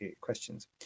questions